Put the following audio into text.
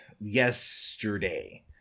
yesterday